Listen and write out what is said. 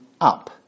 up